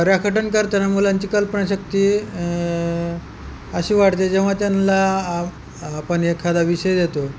रेखाटन करताना मुलांची कल्पनाशक्ती अशी वाढते जेव्हा त्यांला आपण एखादा विषय देतो